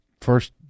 first